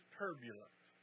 turbulent